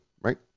right